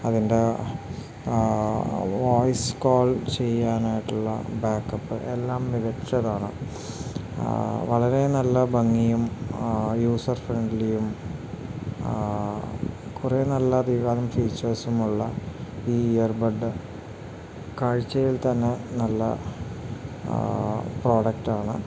അതിൻ്റെ voice call ചെയ്യാനായിട്ടുള്ള backup എല്ലാം മികച്ചതാണ് വളരെ നല്ല ഭംഗിയും യൂസർ ഫ്രണ്ട്ലിയും കുറേ നല്ല അധികകാലം ഫീച്ചേഴ്സുമുള്ള ഈ ഇയർബഡ് കാഴ്ചയിൽ തന്നെ നല്ല പ്രോഡക്റ്റ് ആണ്